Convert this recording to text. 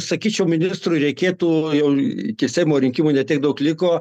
sakyčiau ministrui reikėtų jau iki seimo rinkimų ne tiek daug liko